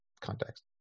context